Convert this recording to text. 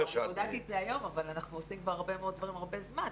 בודדתי את זה היום אבל אנחנו עושים כבר הרבה מאוד דברים הרבה זמן.